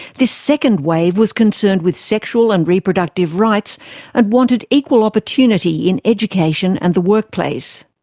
this second wave was concerned with sexual and reproductive rights and wanted equal opportunity in education and the workplace.